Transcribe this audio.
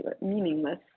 meaningless